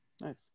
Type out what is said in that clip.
Nice